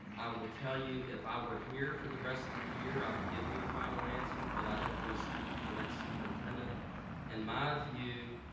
i will tell you if i were here for the rest of the year, i would give you a final answer, but i don't want to speak for the next superintendent in my view,